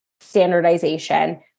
standardization